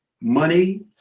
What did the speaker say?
money